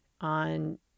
on